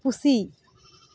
ᱯᱩᱥᱤ